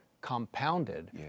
compounded